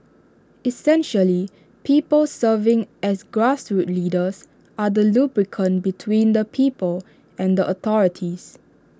essentially people serving as grassroots leaders are the lubricant between the people and the authorities